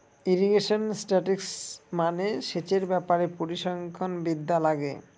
irrigation statistics মানে সেচের ব্যাপারে পরিসংখ্যান বিদ্যা লাগে